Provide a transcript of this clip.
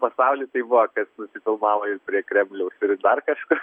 pasauly tai buvo kad nusifilmavo ir prie kremliaus ir dar kažkur